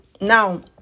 now